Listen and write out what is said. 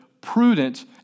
prudent